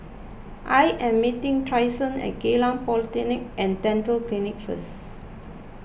I am meeting Tristan at Geylang Polyclinic and Dental Clinic first